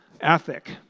ethic